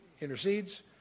intercedes